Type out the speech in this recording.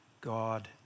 God